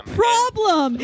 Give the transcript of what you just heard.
problem